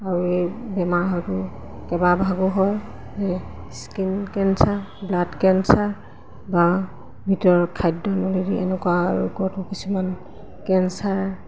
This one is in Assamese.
আৰু এই বেমাৰ হয়তো কেইবাভাগো হয় স্কিন কেঞ্চাৰ ব্লাড কেঞ্চাৰ বা ভিতৰত খাদ্য নলীয়ে দি এনেকুৱা ৰোগটো কিছুমান কেঞ্চাৰ